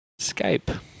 Skype